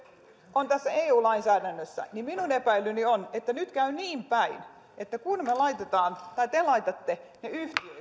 on tässä eu lainsäädännössä niin minun epäilyni on että nyt käy niin päin että kun te laitatte ne yhtiöiksi